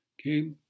Okay